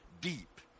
deep